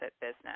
business